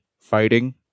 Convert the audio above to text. fighting